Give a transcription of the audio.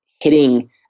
hitting